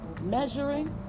measuring